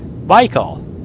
Michael